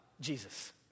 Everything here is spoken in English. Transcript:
Jesus